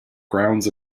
grounds